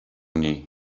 niej